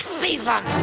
season